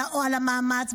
על המאמץ,